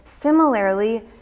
similarly